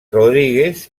rodríguez